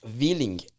willing